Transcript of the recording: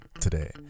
today